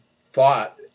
thought